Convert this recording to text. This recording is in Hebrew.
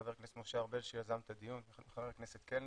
ח"כ משה ארבל שיזם את הדיון וח"כ קלנר.